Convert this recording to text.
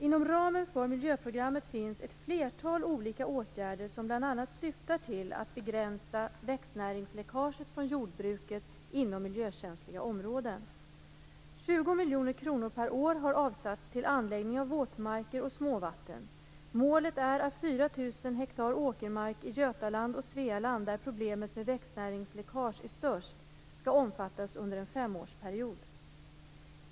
Inom ramen för miljöprogrammet finns ett flertal olika åtgärder som bl.a. syftar till att begränsa växtnäringsläckaget från jordbruket inom miljökänsliga områden. 20 miljoner kronor per år har avsatts till anläggning av våtmarker och småvatten. Målet är att 4 000 ha åkermark i Götaland och Svealand, där problemet med växtnäringsläckage är störst, skall omfattas under en femårsperiod.